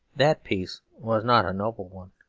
that peace was not a noble one.